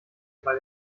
bei